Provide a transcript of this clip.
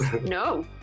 No